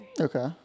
Okay